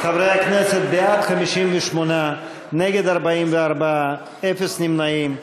חברי הכנסת, בעד, 58, נגד, 44, אפס נמנעים.